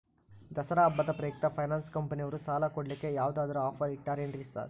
ದಸರಾ ಹಬ್ಬದ ಪ್ರಯುಕ್ತ ಫೈನಾನ್ಸ್ ಕಂಪನಿಯವ್ರು ಸಾಲ ಕೊಡ್ಲಿಕ್ಕೆ ಯಾವದಾದ್ರು ಆಫರ್ ಇಟ್ಟಾರೆನ್ರಿ ಸಾರ್?